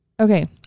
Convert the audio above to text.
okay